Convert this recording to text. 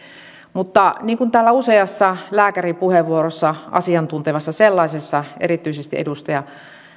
mutta niin kuin täällä useassa lääkärin puheenvuorossa asiantuntevassa sellaisessa erityisesti edustaja